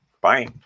Bye